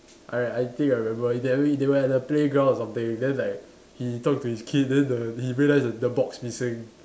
I I think I remember they're they were at the playground or something then like he talk to his kid then the he realise the the box missing